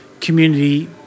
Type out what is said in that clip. community